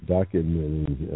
Documenting